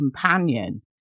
companion